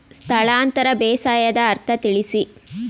ಸ್ಥಳಾಂತರ ಬೇಸಾಯದ ಅರ್ಥ ತಿಳಿಸಿ?